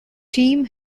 team